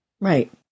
Right